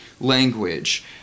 language